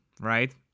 right